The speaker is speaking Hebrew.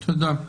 תודה.